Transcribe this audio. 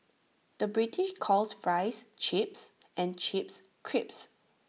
the British calls Fries Chips and Chips Crisps